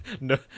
no